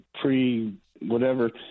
pre-whatever